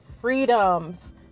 freedoms